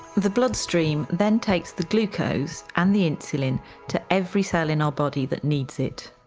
the blood stream then takes the glucose and the insulin to every cell in our body that needs it.